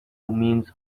means